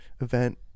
event